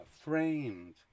framed